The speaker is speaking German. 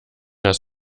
das